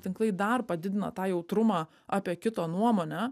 tinklai dar padidino tą jautrumą apie kito nuomonę